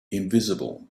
invisible